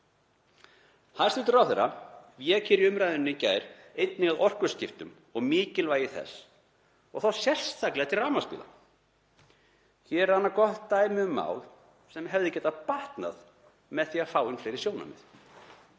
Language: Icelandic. Hæstv. ráðherra vék í umræðunni í gær einnig að orkuskiptum og mikilvægi þeirra og þá sérstaklega rafmagnsbíla. Hér er annað gott dæmi um mál sem hefði getað batnað með því að fá inn fleiri sjónarmið.